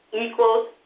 equals